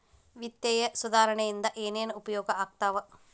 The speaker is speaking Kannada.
ವಿತ್ತೇಯ ಸುಧಾರಣೆ ಇಂದ ಏನೇನ್ ಉಪಯೋಗ ಆಗ್ತಾವ